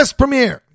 premiere